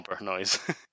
noise